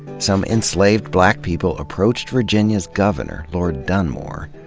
some enslaved black people approached virginia's governor, lord dunmore,